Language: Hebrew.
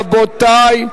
רבותי,